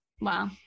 Wow